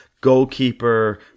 goalkeeper